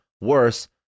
worse